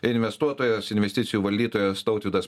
investuotojas investicijų valdytojas tautvydas